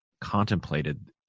contemplated